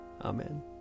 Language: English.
Amen